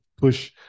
push